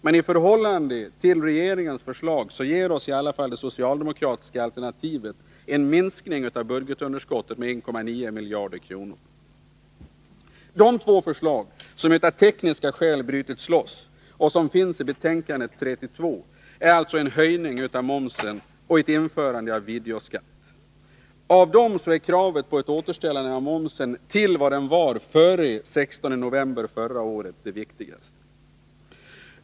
Men i förhållande till regeringens förslag ger oss i alla fall det socialdemokratiska alternativet en minskning av budgetunderskottet med 1,9 miljarder kronor. De två förslag som av tekniska skäl brutits loss och som finns i betänkandet 32 är en höjning av momsen och ett införande av videoskatt. Av dessa är kravet på ett återställande av momsen till vad den var före den 16 november förra året viktigast.